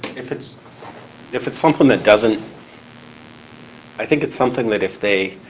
if it's if it's something that doesn't i think it's something that if they,